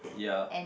ya